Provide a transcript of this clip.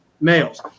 males